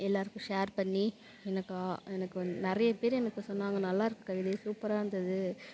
எல்லோருக்கும் ஷேர் பண்ணி எனக்கு எனக்கு நிறையப் பேர் எனக்கு சொன்னாங்க நல்லாயிருக்கு கவிதை சூப்பராக இருந்தது